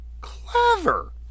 Clever